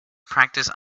practiced